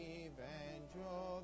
evangel